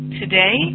today